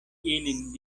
ilin